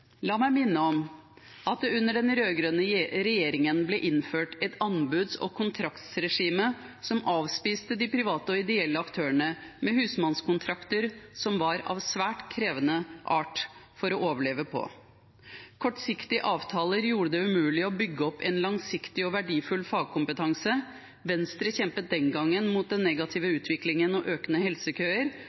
La meg minne om at det under den rød-grønne regjeringen ble innført et anbuds- og kontraktsregime som avspiste de private og ideelle aktørene med husmannskontrakter som var av svært krevende art for å overleve på. Kortsiktige avtaler gjorde det umulig å bygge opp en langsiktig og verdifull fagkompetanse. Venstre kjempet den gangen mot den negative utviklingen og økende helsekøer.